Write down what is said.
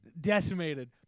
decimated